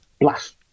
blast